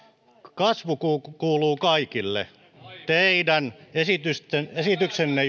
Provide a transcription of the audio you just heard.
kasvu kuuluu kaikille jos teidän esityksenne